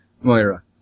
Moira